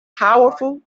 powerful